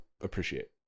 appreciate